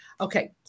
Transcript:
Okay